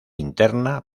interna